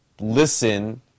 listen